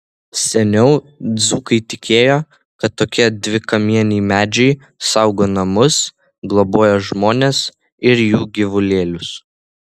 seniau dzūkai tikėjo kad tokie dvikamieniai medžiai saugo namus globoja žmones ir jų gyvulėlius